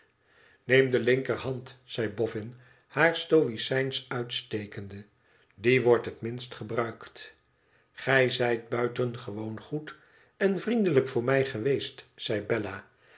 neem de linkerhand zeide boffin haar stoïcijnsch uitstekende die wordt het minst gebruikt gij zijt buitengewoon goed en vriendelijk voor mij geweest zei bella